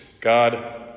God